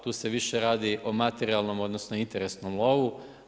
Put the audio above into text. Tu se više radi o materijalnom odnosno interesnom lovu.